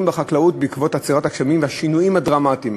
בחקלאות בעקבות עצירת הגשמים והשינויים הדרמטיים.